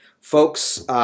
Folks